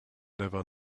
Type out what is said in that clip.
never